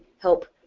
help